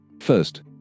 First